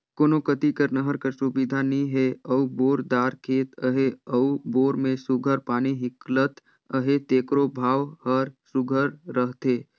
कोनो कती नहर कर सुबिधा नी हे अउ बोर दार खेत अहे अउ बोर में सुग्घर पानी हिंकलत अहे तेकरो भाव हर सुघर रहथे